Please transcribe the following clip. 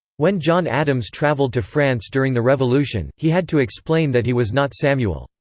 when john adams traveled to france during the revolution, he had to explain that he was not samuel,